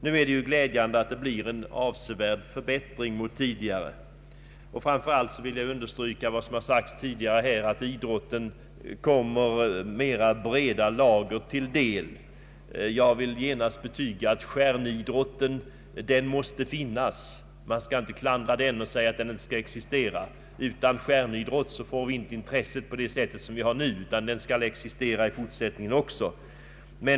Det är emellertid glädjande att det nu blir en avsevärd förbättring, och jag vill framför allt understryka vad som tidigare sagts här att idrotten kommer mera breda lager till del. Jag vill genast betyga att stjärnidrotten måste finnas; man skall inte klandra den och säga att den inte bör existera. Utan stjärnidrotten får vi inte samma intresse för idrott och motion som för närvarande.